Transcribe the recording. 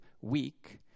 weak